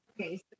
okay